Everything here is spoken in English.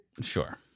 Sure